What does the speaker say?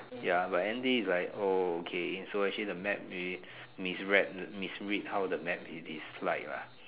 ya but anything is like oh okay so actually the map misread misread how the map is like lah